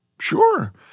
Sure